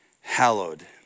hallowed